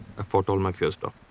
i fought all my fears, doc.